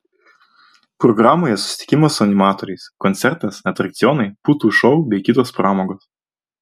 programoje susitikimas su animatoriais koncertas atrakcionai putų šou bei kitos pramogos